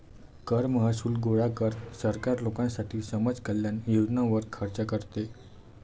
कर महसूल गोळा कर, सरकार लोकांसाठी समाज कल्याण योजनांवर खर्च करते